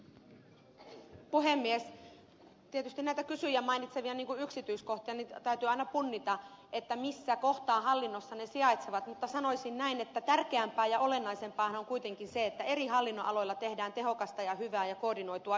tietysti näitä kysyjän mainitsemia yksityiskohtia täytyy aina punnita missä kohtaa hallinnossa ne sijaitsevat mutta sanoisin näin että tärkeämpää ja olennaisempaahan on kuitenkin se että eri hallinnonaloilla tehdään tehokasta hyvää ja koordinoitua yhteistyötä